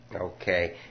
okay